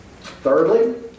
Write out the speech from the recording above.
Thirdly